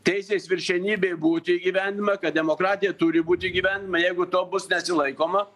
teisės viršenybė būt įgyvendinama kad demokratija turi būti įgyvendinama jeigu to bus nesilaikoma